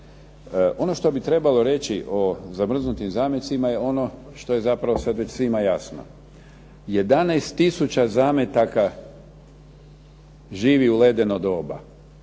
Ono što bi trebalo reći o zamrznutim zametcima je ono što je zapravo sada svima jasno. 11 tisuća zametaka živi u ledeno doba